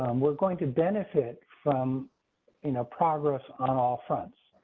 we're going to benefit from you know progress on all fronts.